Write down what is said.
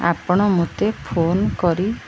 ଆପଣ ମୋତେ ଫୋନ୍ କରି